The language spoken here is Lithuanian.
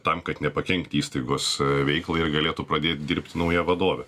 tam kad nepakenkti įstaigos veiklą ir galėtų pradėt dirbt nauja vadovė